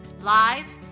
live